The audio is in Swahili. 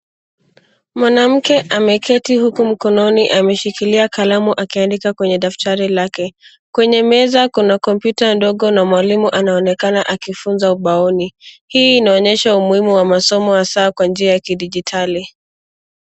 Mwanamke ameketi huku mkononi ameshikilia kalamu akiandika kwenye daftari lake. Kwenye meza kuna kompyuta ndogo na mwalimu anaonekana akifunza ubaoni. Hii inaonyesha umuhimu wa masomo hasaa kwa njia ya kidijitali.